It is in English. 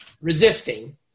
resisting